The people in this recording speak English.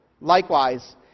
Likewise